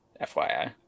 FYI